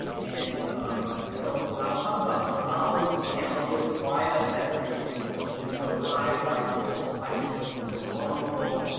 and um so i'll talk about the problems and challenges why that death rate has been so high, why this population has been so vulnerable,